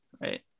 right